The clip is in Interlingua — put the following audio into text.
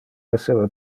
esseva